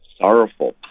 sorrowful